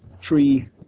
tree